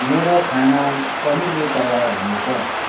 मेरो खाना कहिले तयार हुनेछ